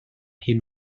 hyn